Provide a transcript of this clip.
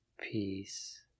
Peace